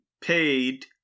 paid